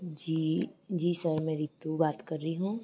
जी जी सर मैं ऋतु बात कर रही हूँ